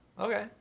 Okay